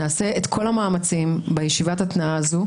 נעשה את כל המאמצים בישיבת ההתנעה הזאת,